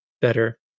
better